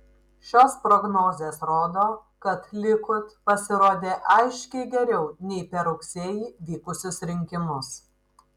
šios prognozės rodo kad likud pasirodė aiškiai geriau nei per rugsėjį vykusius rinkimus